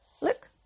look